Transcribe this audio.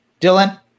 Dylan